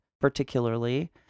particularly